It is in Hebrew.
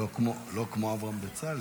האם זאת תקופה